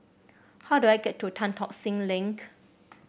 how do I get to Tan Tock Seng Link